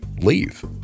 leave